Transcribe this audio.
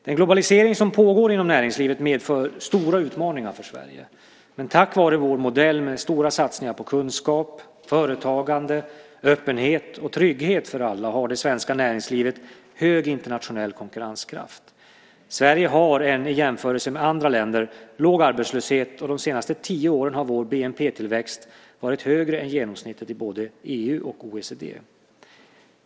Den globalisering som pågår inom näringslivet medför stora utmaningar för Sverige, men tack vare vår modell med stora satsningar på kunskap, företagande, öppenhet och trygghet för alla har det svenska näringslivet stor internationell konkurrenskraft. Sverige har en, i jämförelse med andra länder, låg arbetslöshet, och de senaste tio åren har vår bnp-tillväxt varit högre än genomsnittet i både EU och OECD.